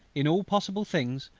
in all possible things,